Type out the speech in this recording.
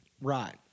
Right